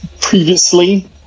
Previously